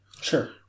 Sure